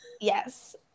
Yes